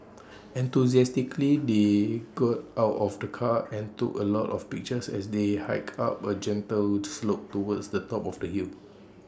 enthusiastically they got out of the car and took A lot of pictures as they hiked up A gentle slope towards the top of the hill